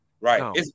right